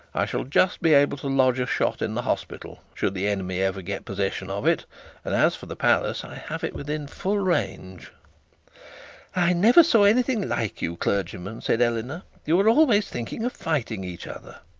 i shall just be able to lodge a shot in the hospital, should the enemy ever get possession of it and as for the palace, i have it within full range i never saw anything like you clergymen said eleanor you are always thinking of fighting each other